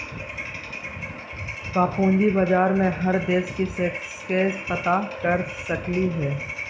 का पूंजी बाजार में हर देश के सेंसेक्स पता कर सकली हे?